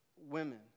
women